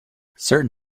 certain